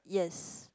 yes